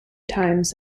times